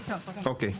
אוקיי,